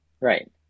Right